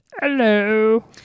Hello